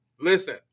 Listen